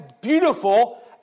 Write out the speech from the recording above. beautiful